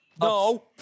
No